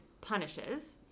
punishes